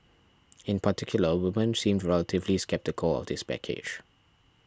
in particular women seemed relatively sceptical of the package